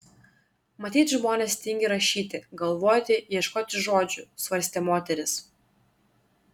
matyt žmonės tingi rašyti galvoti ieškoti žodžių svarstė moteris